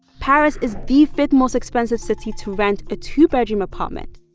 paris is the fifth most expensive city to rent a two-bedroom apartment.